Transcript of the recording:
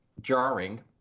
jarring